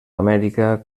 amèrica